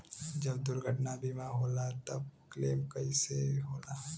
जब दुर्घटना बीमा होला त क्लेम कईसे होला?